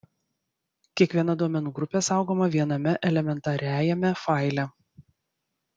kiekviena duomenų grupė saugoma viename elementariajame faile